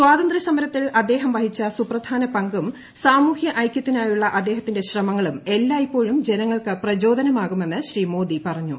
സ്വാതന്ത്ര്യസമരത്തിൽ അദ്ദേഹം വഹിച്ച സുപ്രധാന പങ്കും സാമൂഹ്യ ഐക്യത്തിനായുള്ള അദ്ദേഹത്തിന്റെ ശ്രമങ്ങളും എല്ലായ്പ്പോഴും ജനങ്ങൾക്ക് പ്രചോദനമാകുമെന്ന് ശ്രീ മോദി പറഞ്ഞു